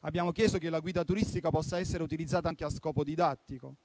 Abbiamo chiesto che la guida turistica possa essere utilizzata anche a scopo didattico